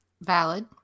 Valid